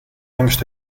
angst